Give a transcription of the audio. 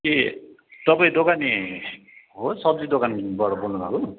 के तपाईँ दोकानी हो सब्जी दोकानदेखिबाट बोल्नुभएको